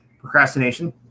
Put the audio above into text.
Procrastination